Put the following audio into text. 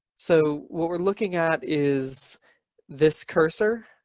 so what we're looking at is this cursor.